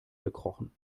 gekrochen